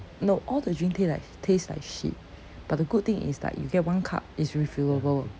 no all the drinks ta~ like taste like shit but the good thing is like you get one cup it's refillable